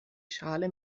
schale